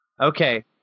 Okay